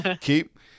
keep